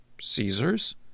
Caesar's